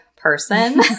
person